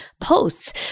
posts